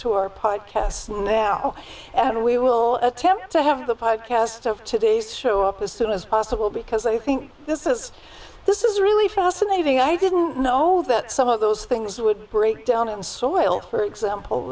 to our podcast now and we will attempt to have the pod cast of today's show up as soon as possible because i think this is this is really fascinating i didn't know that some of those things would break down in soil for example